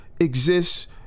exists